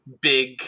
big